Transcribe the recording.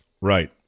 Right